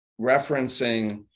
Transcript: referencing